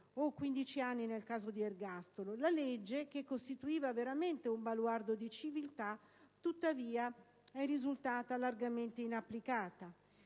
o 15 anni, nel caso di ergastolo. La legge, che costituiva veramente un baluardo di civiltà, tuttavia è risultata largamente inapplicata: